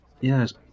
Yes